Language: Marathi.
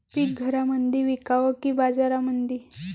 पीक घरामंदी विकावं की बाजारामंदी?